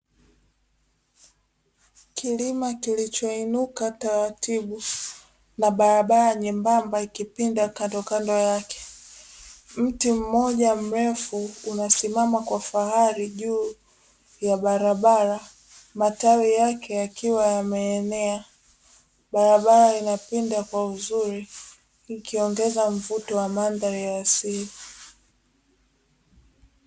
Kilima kilichoinuka taratibu na barabara nyembamba ikipinda kandokando yake. Mti mmoja mrefu unasimama kwa fahari juu ya barabara, matawi yake yakiwa yameenea, barabara inapinda kwa uzuri, ikiongeza mvuto wa mandhari ya asili.